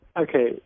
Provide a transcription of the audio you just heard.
Okay